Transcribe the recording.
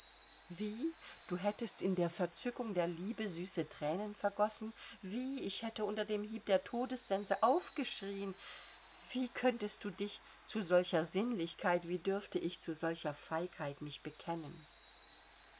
wie du hättest in der verzückung der liebe süße thränen vergossen wie ich hätte unter dem hieb der todessense aufgeschrieen wie könntest du dich zu solcher sinnlichkeit wie dürfte ich zu solcher feigheit mich bekennen